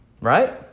Right